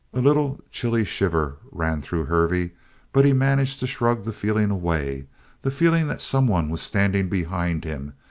a little chilly shiver ran through hervey but he managed to shrug the feeling away the feeling that someone was standing behind him,